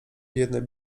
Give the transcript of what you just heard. jedne